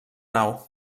nau